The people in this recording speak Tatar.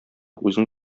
үзең